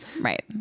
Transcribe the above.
Right